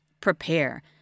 prepare